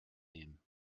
nehmen